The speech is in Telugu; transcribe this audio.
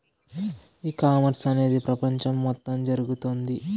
ఈ కామర్స్ అనేది ప్రపంచం మొత్తం జరుగుతోంది